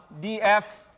df